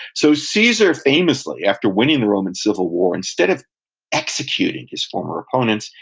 so caesar famously, after winning the roman civil war, instead of executing his former opponents,